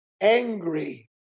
angry